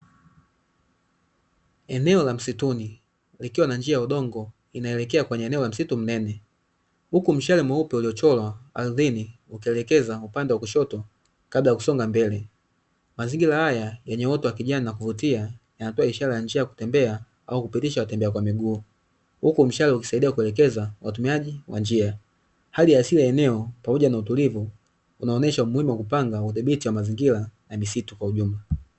Eneo la msituni likiwa na njia ya udongo inaelekea kwenye eneo la msitu mnene, huku mshale mweupe uliochorwa ardhini ukielekeza upande wa kushoto kabla ya kusonga mbele. Mazingira haya yenye uoto wa kijani na kuvutia yanatoa ishara ya njia ya kutembea au kupitisha watembea kwa miguu, huku mshale ukisaidia kuelekeza kwa watumiaji wa njia. Hali ya asili eneo pamoja na utulivu, unaonesha umuhimu wa kupanga udhibiti wa mazingira na misitu kwa ujumla.